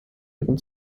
ihren